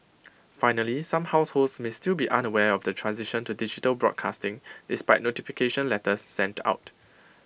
finally some households may still be unaware of the transition to digital broadcasting despite notification letters sent out